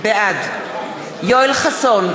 בעד יואל חסון,